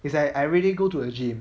it's like I everyday go to the gym